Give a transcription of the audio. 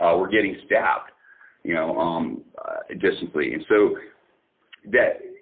ah were getting stabbed you know um adjacently. and so that,